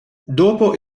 dopo